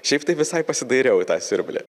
šiaip tai visai pasidairiau į tą siurblį